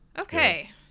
okay